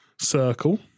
Circle